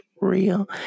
real